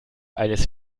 eines